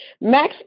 Max